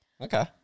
Okay